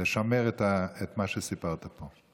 לשמר את מה שסיפרת פה.